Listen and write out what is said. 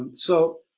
so,